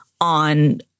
on